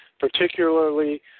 particularly